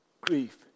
grief